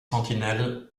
sentinelles